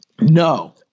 No